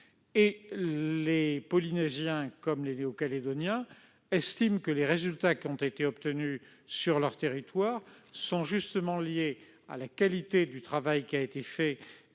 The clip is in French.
Les Polynésiens comme les Néo-Calédoniens estiment que les résultats qui ont été obtenus sur leur territoire sont précisément liés à la qualité du travail qu'ils estiment